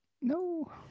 no